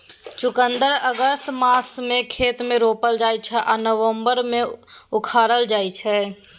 चुकंदर अगस्त मासमे खेत मे रोपल जाइ छै आ नबंबर मे उखारल जाइ छै